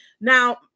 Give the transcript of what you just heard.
now